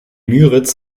müritz